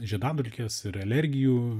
žiedadulkės ir alergijų